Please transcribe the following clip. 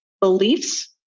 beliefs